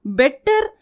better